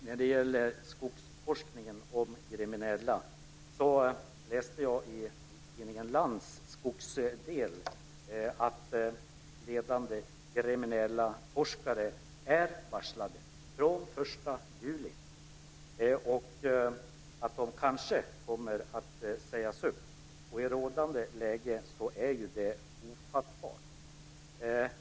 Jag läste i tidningen Land att ledande gremmeniellaforskare är varslade från den 1 juli och att de kan komma att sägas upp. I rådande läge är detta ofattbart.